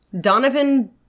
Donovan